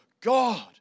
God